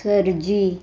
सरजी